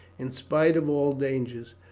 in spite of all dangers,